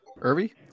Irby